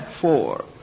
four